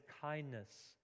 kindness